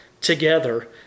together